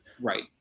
right